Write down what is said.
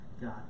God